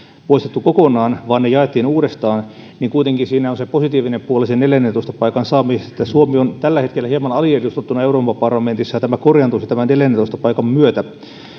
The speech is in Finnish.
poistettu kokonaan vaan ne jaettiin uudestaan niin kuitenkin siinä on se positiivinen puoli sen neljännentoista paikan saamisesta suomi on tällä hetkellä hieman aliedustettuna euroopan parlamentissa ja tämä korjaantuisi tämän neljännentoista paikan myötä